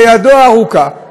כידו הארוכה,